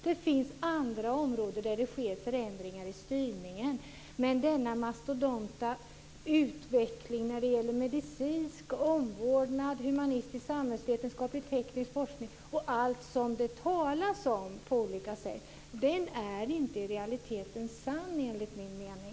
Det finns andra områden där det sker förändringar i styrningen. Men denna mastodonta utveckling när det gäller medicinsk omvårdnad, humanistisk, samhällsvetenskaplig och teknisk forskning och allt som det talas om på olika sätt är inte i realiteten sann, enligt min mening.